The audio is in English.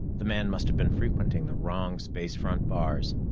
the man must have been frequenting the wrong space-front bars.